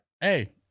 Hey